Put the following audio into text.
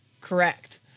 correct